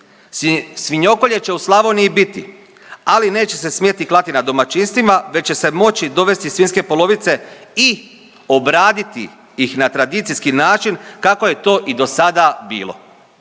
svinokolje će u Slavoniji biti ali neće se smjeti klati na domaćinstvima već će se moći dovesti svinjske polovice i obraditi ih na tradicijski način kako je to i do sada bilo.